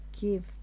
give